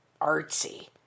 artsy